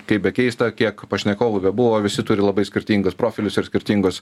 kaip be keista kiek pašnekovų bebuvo visi turi labai skirtingus profilius ir skirtingus